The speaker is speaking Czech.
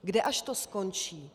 Kde až to skončí?